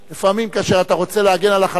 לפעמים כאשר אתה רוצה להגן על החלשים,